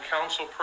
Council